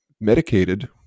medicated